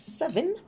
seven